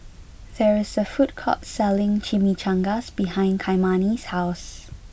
there is a food court selling Chimichangas behind Kymani's house